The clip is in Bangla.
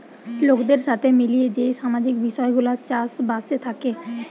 লোকদের সাথে মিলিয়ে যেই সামাজিক বিষয় গুলা চাষ বাসে থাকে